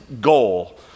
goal